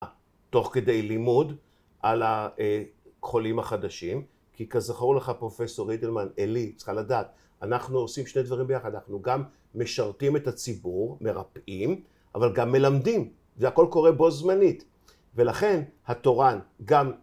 ‫תוך כדי לימוד על החולים החדשים, ‫כי כזכור לך, פרופ' אידלמן, ‫אלי, צריכה לדעת, ‫אנחנו עושים שני דברים ביחד. ‫אנחנו גם משרתים את הציבור, ‫מרפאים, אבל גם מלמדים, ‫והכול קורה בו זמנית, ‫ולכן התורן גם...